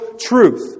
truth